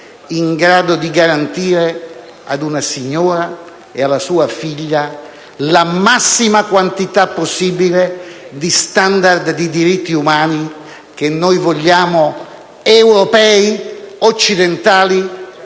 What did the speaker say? in grado di garantire, ad una signora e a sua figlia, la massima quantità possibile di *standard* di diritti umani che noi pratichiamo come europei, occidentali